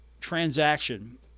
transaction